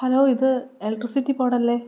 hello ഇത് electricity board അല്ലേ